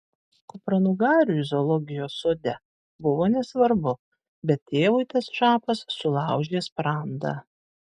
kupranugariui zoologijos sode buvo nesvarbu bet tėvui tas šapas sulaužė sprandą